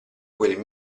quel